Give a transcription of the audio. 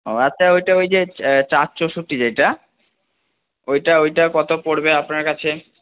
ও আচ্ছা ওইটা ওই যে চার চৌষট্টি যেইটা ওইটা ওইটা কত পড়বে আপনার কাছে